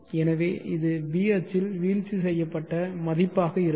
எனவே இது b அச்சில் வீழ்ச்சி செய்யப்பட்ட மதிப்பாக இருக்கும்